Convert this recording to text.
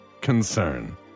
concern